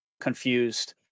confused